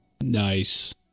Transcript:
Nice